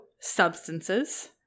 substances